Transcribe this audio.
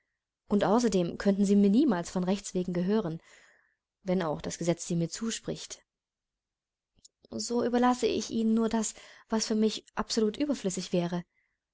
und außerdem könnten sie mir niemals von rechtswegen gehören wenn auch das gesetz sie mir zuspricht so überlasse ich ihnen nur das was für mich absolut überflüßig wäre